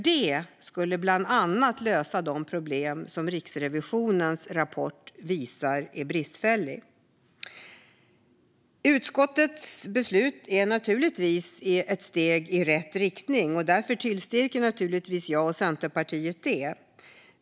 Det skulle bland annat lösa de problem och brister som Riksrevisionens rapport visar på. Utskottets förslag är ett steg i rätt riktning. Därför yrkar jag och Centerpartiet bifall till det.